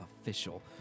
official